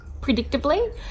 predictably